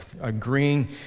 agreeing